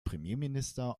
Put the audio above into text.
premierminister